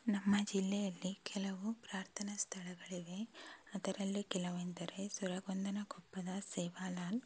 ನಮ್ಮ ಜಿಲ್ಲೆಯಲ್ಲಿ ಕೆಲವು ಪ್ರಾರ್ಥನಾ ಸ್ಥಳಗಳಿವೆ ಅದರಲ್ಲಿ ಕೆಲವೆಂದರೆ ಸುರಗೊಂಡನ ಕೊಪ್ಪದ ಸೇವಾಲಾಲ್